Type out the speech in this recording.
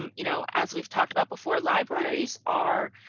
um you know as we've talked about before, libraries are